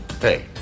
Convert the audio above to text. Hey